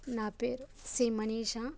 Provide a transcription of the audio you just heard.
నా పేరు సి మనీషా